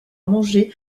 mangé